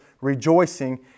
rejoicing